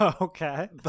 Okay